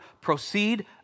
proceed